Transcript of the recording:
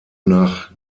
nach